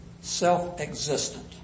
self-existent